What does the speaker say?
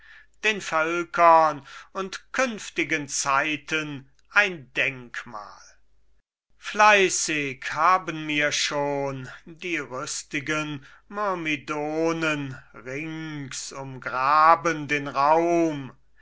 den völkern und künftigen zeiten ein denkmal fleißig haben mir schon die rüstigen myrmidonen rings umgraben den raum